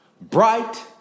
Bright